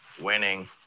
winning